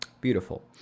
Beautiful